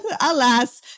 Alas